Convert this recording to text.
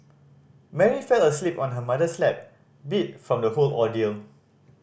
Mary fell asleep on her mother's lap beat from the whole ordeal